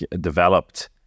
developed